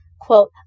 quote